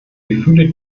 gefühle